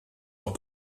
auch